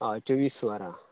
हय चोवीस वरां